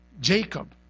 Jacob